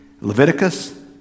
Leviticus